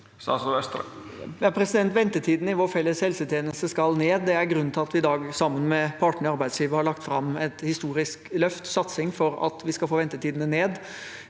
Venteti- dene i vår felles helsetjeneste skal ned. Det er grunnen til at vi i dag, sammen med partene i arbeidslivet, har lagt fram et historisk løft – satsing for at vi skal få ventetidene ned.